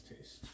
taste